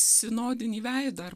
sinodinį veidą ar